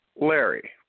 Larry